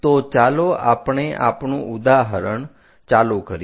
તો ચાલો આપણે આપણું ઉદાહરણ ચાલુ કરીએ